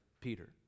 Peter